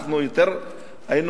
היינו